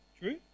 True